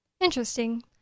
Interesting